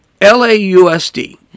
LAUSD